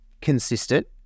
consistent